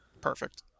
Perfect